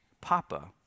Papa